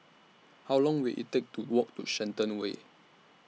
How Long Will IT Take to Walk to Shenton Way